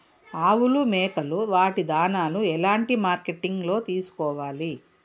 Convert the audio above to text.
ఆవులు మేకలు వాటి దాణాలు ఎలాంటి మార్కెటింగ్ లో తీసుకోవాలి?